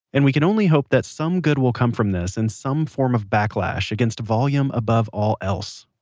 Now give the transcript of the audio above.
and we can only hope that some good will come from this in some form of backlash against volume above all else.